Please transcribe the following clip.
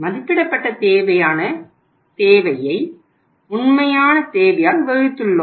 மதிப்பிடப்பட்ட தேவையை உண்மையான தேவையால் வகுத்துள்ளோம்